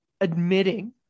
admitting